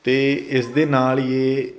ਤੇ ਇਸ ਦੇ ਨਾਲ ਹੀ ਇਹ